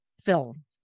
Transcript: film